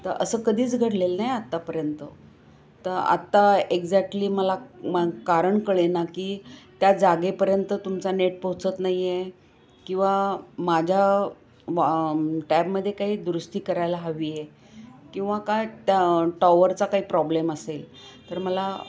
तर असं कधीच घडलेलं नाय आत्तापर्यंत तर आत्ता एक्झॅक्टली मला म कारण कळे ना की त्या जागेपर्यंत तुमचा नेट पोहोचत नाहीये किंवा माझ्या वा टॅबमध्ये काही दुरुस्ती करायला हवीये किंवा काय त्या टॉवरचा काही प्रॉब्लेम असेल तर मला